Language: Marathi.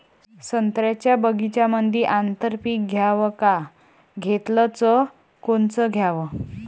संत्र्याच्या बगीच्यामंदी आंतर पीक घ्याव का घेतलं च कोनचं घ्याव?